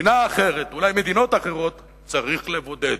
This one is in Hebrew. מדינה אחרת, אולי מדינות אחרות, צריך לבודד.